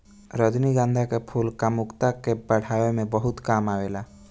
रजनीगंधा के फूल कामुकता के बढ़ावे में बहुते काम आवेला